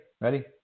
Ready